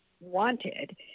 wanted